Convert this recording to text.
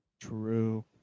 True